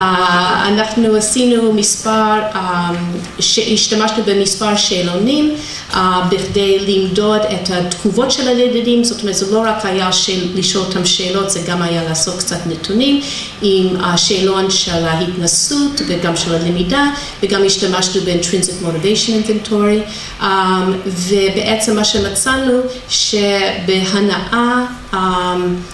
‫אנחנו עשינו מספר, ‫שהשתמשנו במספר שאלונים ‫בכדי למדוד את התגובות ‫של הילדים, ‫זאת אומרת, זה לא רק היה ‫לשאול אותם שאלות, ‫זה גם היה לאסוף קצת נתונים ‫עם השאלון של ההתנסות ‫וגם של הלמידה, וגם השתמשנו ‫בIntrinsic motivation inventory. ‫ובעצם מה שמצאנו, שבהנאה...